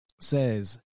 says